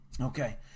Okay